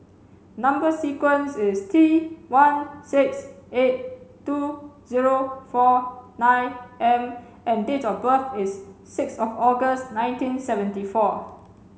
number sequence is T one six eight two zero four nine M and date of birth is six of August nineteen seventy four